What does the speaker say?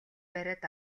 бариад